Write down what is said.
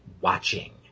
watching